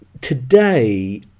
Today